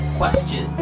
question